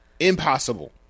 Impossible